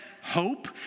hope